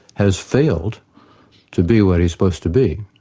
has failed to be what he's supposed to be.